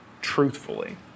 truthfully